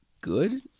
good